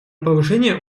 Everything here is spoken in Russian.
повышения